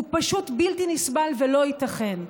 הוא פשוט בלתי נסבל ולא ייתכן.